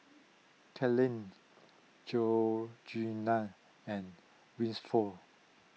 Kathaleen Georgeanna and Winford